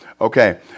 Okay